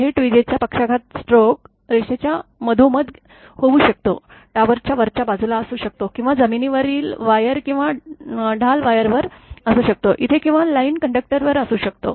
थेट विजेचा पक्षाघात स्ट्रोक रेषेच्या मधोमध होऊ शकतो टॉवरच्या वरच्या बाजूला असू शकतो किंवा जमिनीवरील वायर किंवा ढाल वायरवर असू शकतो इथे किंवा लाईन कंडक्टरवर असू शकतो